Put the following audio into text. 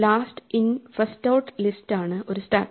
last in first out list ആണ് ഒരു stack